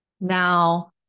Now